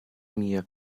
mia